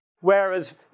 Whereas